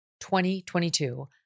2022